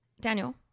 daniel